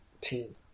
team